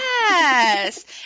Yes